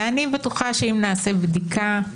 אני בטוחה שאם נעשה בדיקה,